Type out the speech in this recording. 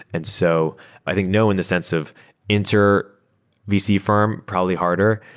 and so i think no in the sense of enter vc firm, probably harder,